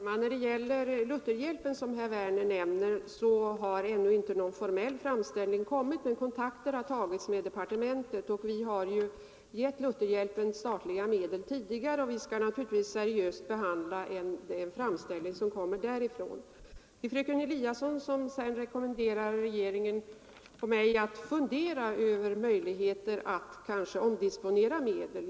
Herr talman! Beträffande Lutherhjälpen, som herr Werner nämnde, har det ännu inte inkommit någon formell framställning därifrån, men kontakter har tagits med departementet. Vi har emellertid anslagit medel till Lutherhjälpen tidigare, och vi skall naturligtvis behandla en framställning därifrån mycket seriöst. Sedan rekommenderade fröken Eliasson regeringen och mig att fundera över möjligheterna att omdisponera medlen.